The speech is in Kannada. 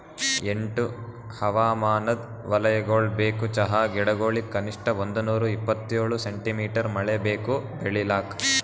ಎಂಟು ಹವಾಮಾನದ್ ವಲಯಗೊಳ್ ಬೇಕು ಚಹಾ ಗಿಡಗೊಳಿಗ್ ಕನಿಷ್ಠ ಒಂದುನೂರ ಇಪ್ಪತ್ತೇಳು ಸೆಂಟಿಮೀಟರ್ ಮಳೆ ಬೇಕು ಬೆಳಿಲಾಕ್